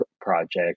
project